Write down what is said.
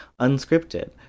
unscripted